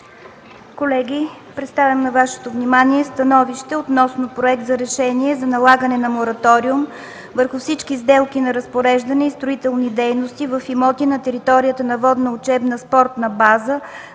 Колеги, представям на Вашето внимание: „СТАНОВИЩЕ относно Проект за решение за налагане на мораториум върху всички сделки на разпореждане и строителни дейности в имоти на територията на Водна учебна спортна база